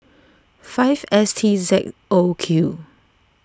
five S T Z O Q